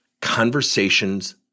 conversations